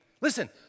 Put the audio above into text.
Listen